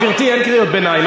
גברתי, אין קריאות ביניים.